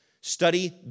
Study